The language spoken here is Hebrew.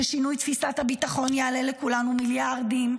ששינוי תפיסת הביטחון יעלה לכולנו מיליארדים,